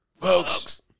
Folks